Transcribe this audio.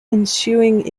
ensuing